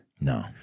no